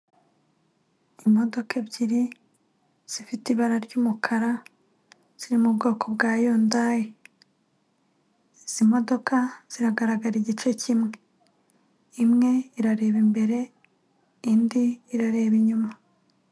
Imodoka ebyiri zifite ibara ry'umukara, ziri mu bwoko bwa yundayi, izi modoka zirareba igice kimwe, imwe irareba imbere indi irareba inyuma.